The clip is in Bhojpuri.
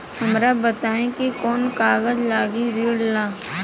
हमरा बताई कि कौन कागज लागी ऋण ला?